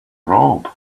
robe